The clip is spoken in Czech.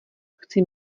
chci